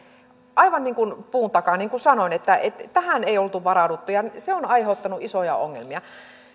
aivan kuin puun takaa niin kuin sanoin tähän ei oltu varauduttu ja se on aiheuttanut isoja ongelmia